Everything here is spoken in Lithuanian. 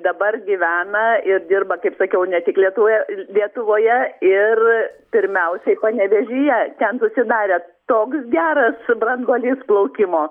dabar gyvena ir dirba kaip sakiau ne tik lietuvoje lietuvoje ir pirmiausiai panevėžyje ten susidarė toks geras branduolys plaukimo